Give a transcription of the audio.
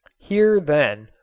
here, then,